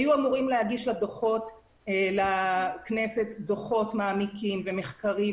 היו אמורים להגיש לכנסת דוחות מעמיקים ומחקרים,